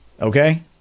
Okay